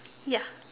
ya